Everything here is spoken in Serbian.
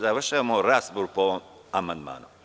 Završavamo raspravu po amandmanu.